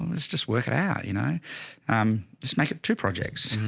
let's just work it out, you know just make it two projects,